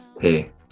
hey